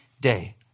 day